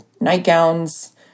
nightgowns